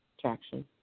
traction